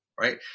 right